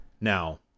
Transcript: Now